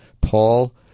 Paul